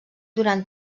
durant